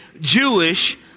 Jewish